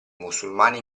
musulmani